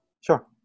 Sure